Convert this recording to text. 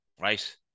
right